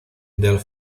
del